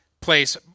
place